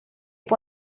può